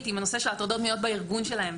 עם הנושא של הטרדות מיניות בארגון שלהם,